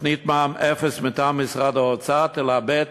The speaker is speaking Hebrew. תוכנית מע"מ אפס מטעם משרד האוצר תלבה את